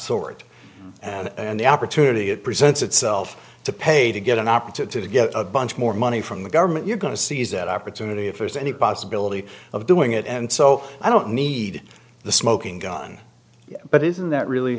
sort and the opportunity it presents itself to pay to get an opportunity to get a bunch more money from the government you're going to seize that opportunity if there's any possibility of doing it and so i don't need the smoking gun but isn't that really